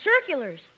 circulars